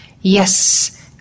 Yes